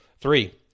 Three